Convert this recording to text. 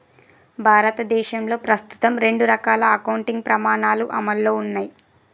భారతదేశంలో ప్రస్తుతం రెండు రకాల అకౌంటింగ్ ప్రమాణాలు అమల్లో ఉన్నయ్